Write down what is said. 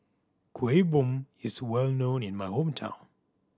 Kueh Bom is well known in my hometown